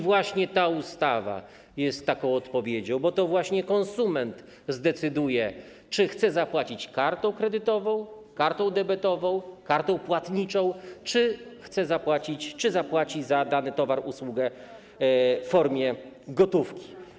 Właśnie ta ustawa jest taką odpowiedzią, bo to właśnie konsument zdecyduje, czy chce zapłacić kartą kredytową, kartą debetową, kartą płatniczą, czy zapłaci za dany towar lub usługę w formie gotówki.